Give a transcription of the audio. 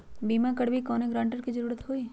बिमा करबी कैउनो गारंटर की जरूरत होई?